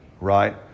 Right